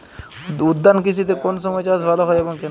উদ্যান কৃষিতে কোন সময় চাষ ভালো হয় এবং কেনো?